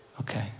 Okay